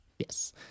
Yes